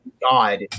God